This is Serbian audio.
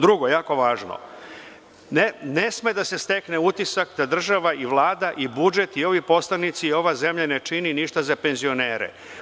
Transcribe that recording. Drugo, jako važno, ne sme da se stekne utisak da država i Vlada i budžet i ovi poslanici i ova zemlja ne čini ništa za penzionere.